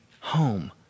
home